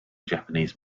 japanese